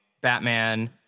batman